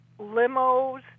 limos